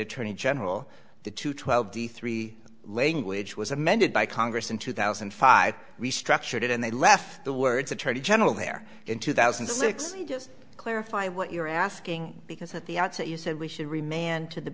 attorney general the two twelve d three language was amended by congress in two thousand and five restructured it and they left the words attorney general there in two thousand and six just clarify what you're asking because at the outset you said we should remain to the